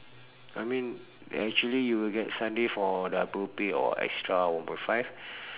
I mean actually you will get sunday for double pay or extra one point five